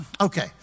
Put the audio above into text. okay